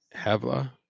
Havla